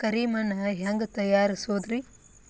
ಕರಿ ಮಣ್ ಹೆಂಗ್ ತಯಾರಸೋದರಿ?